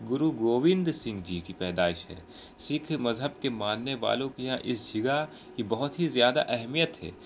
گرو گووند سنگھ جی کی پیدائش ہے سکھ مذہب کے ماننے والوں کے یہاں اس جگہ کی بہت ہی زیادہ اہمیت ہے